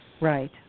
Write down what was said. right